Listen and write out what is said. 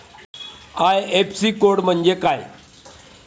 IFSC code म्हणजे काय?